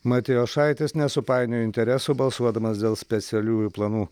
matijošaitis nesupainiojo interesų balsuodamas dėl specialiųjų planų